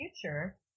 future